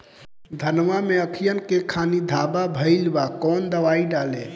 धनवा मै अखियन के खानि धबा भयीलबा कौन दवाई डाले?